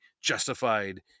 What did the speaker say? justified